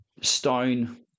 stone